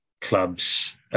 clubs